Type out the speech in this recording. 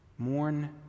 Mourn